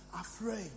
afraid